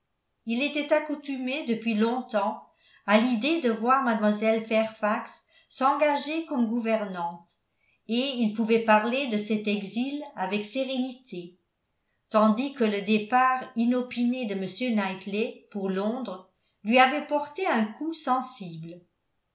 il était accoutumé depuis longtemps à l'idée de voir mlle fairfax s'engager comme gouvernante et il pouvait parler de cet exil avec sérénité tandis que le départ inopiné de m knightley pour londres lui avait porté un coup sensible